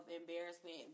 embarrassment